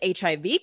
HIV